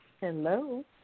Hello